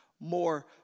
more